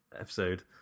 episode